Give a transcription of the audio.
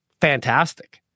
fantastic